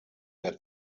der